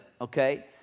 okay